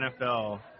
NFL